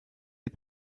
des